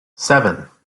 seven